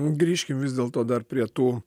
grįžkim vis dėlto dar prie tų